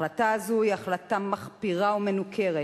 ההחלטה הזאת היא החלטה מחפירה ומנוכרת,